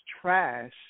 trash